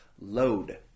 load